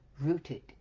rooted